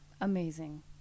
Amazing